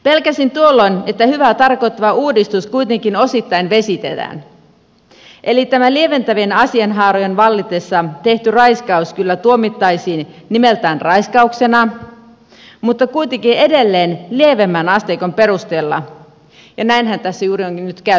pelkäsin tuolloin että hyvää tarkoittava uudistus kuitenkin osittain vesitetään eli tämä lieventävien asianhaarojen vallitessa tehty raiskaus kyllä tuomittaisiin nimeltään raiskauksena mutta kuitenkin edelleen lievemmän asteikon perusteella ja näinhän tässä juuri onkin nyt käymässä